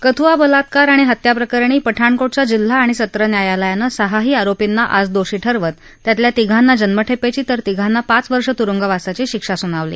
कथुआ बलात्कार आणि हत्या प्रकरणी पठाणकोटच्या जिल्हा आणि सत्र न्यायालयानं सहाही आरोपींना आज दोषी ठरवत त्यातल्या तिघांना जन्मठप्रित तर तिघांना पाच वर्षं तुरुंगवासाची शिक्षा सुनावली